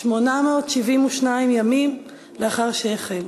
872 ימים לאחר שהחל.